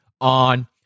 on